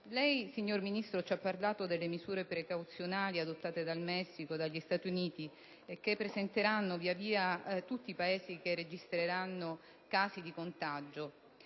ha riferito in merito alle misure precauzionali adottate dal Messico e dagli Stati Uniti e che assumeranno via via tutti i Paesi che registreranno casi di contagio.